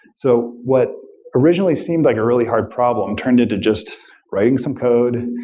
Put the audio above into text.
so what originally seemed like a really hard problem turned into just writing some code,